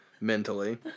Mentally